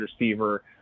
receiver